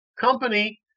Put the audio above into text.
company